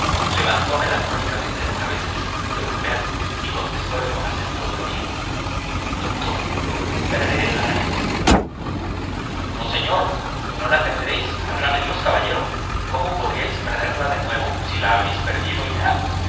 levantó melancólicamente la cabeza el señorito l'ambert y contestole con acento dolorido doctor perderé la nariz no señor no la perderéis válgame dios caballero cómo podríais perderla de nuevo si la habéis perdido ya